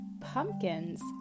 pumpkins